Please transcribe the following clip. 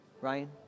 Ryan